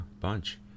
bunch